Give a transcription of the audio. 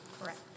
Correct